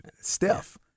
Steph